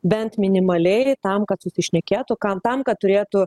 bent minimaliai tam kad susišnekėtų kam tam kad turėtų